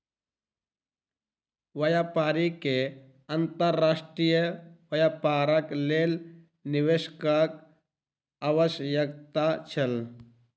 व्यापारी के अंतर्राष्ट्रीय व्यापारक लेल निवेशकक आवश्यकता छल